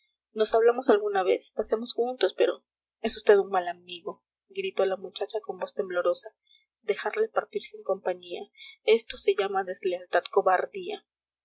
nos hablamos alguna vez paseamos juntos pero es vd un mal amigo gritó la muchacha con voz temblorosa dejarle partir sin compañía esto se llama deslealtad cobardía